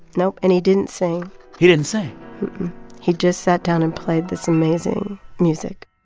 nope. and he didn't sing he didn't sing he just sat down and played this amazing music